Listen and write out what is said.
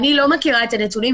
את הנתונים.